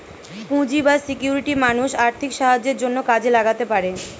পুঁজি বা সিকিউরিটি মানুষ আর্থিক সাহায্যের জন্যে কাজে লাগাতে পারে